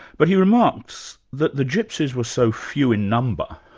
but he remarks that the gypsies were so few in number,